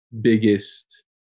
biggest